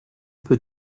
peut